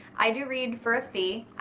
i do read for a fee.